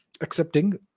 accepting